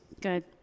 Good